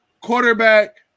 quarterback